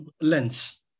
lens